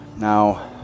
Now